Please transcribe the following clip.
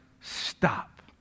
Stop